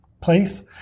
place